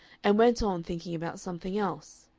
and went on thinking about something else.